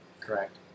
Correct